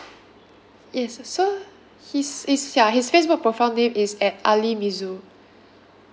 yes so his his ya his Facebook profile name is at ali mizul